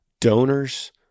donors